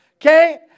Okay